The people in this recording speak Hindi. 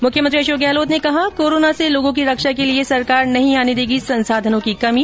मुख्यमंत्री अशोक गहलोत ने कहा कोरोना से लोगों की रक्षा के लिए सरकार नहीं आने देगी संसाधनों की कमी